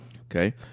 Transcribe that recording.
Okay